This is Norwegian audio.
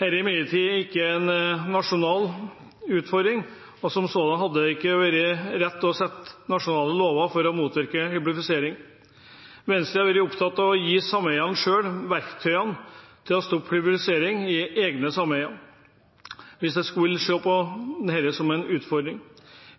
imidlertid ikke en nasjonal utfordring, og som sådan hadde det ikke vært rett å lage nasjonale lover for å motvirke hyblifisering. Venstre har vært opptatt av å gi sameiene selv verktøy til å stoppe hyblifisering i egne sameier hvis en skulle se på dette som en utfordring.